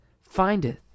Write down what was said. findeth